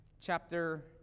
chapter